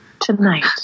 tonight